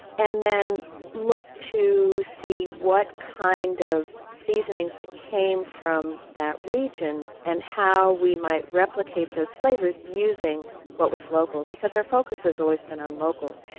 and then look to see what kind of seasonings that came from that region and how we might replicate those flavors using what was local. our focus has always been on local.